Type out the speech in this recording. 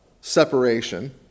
separation